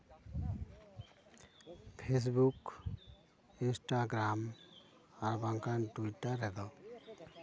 Facebook Instagram ᱟᱨ ᱵᱟᱝᱠᱷᱟᱱ Twitter ᱨᱮᱫᱚ